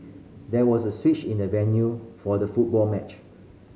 there was a switch in the venue for the football match